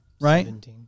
Right